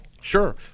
Sure